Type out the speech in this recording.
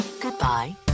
Goodbye